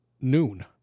noon